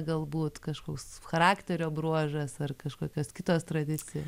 galbūt kažkoks charakterio bruožas ar kažkokios kitos tradicijos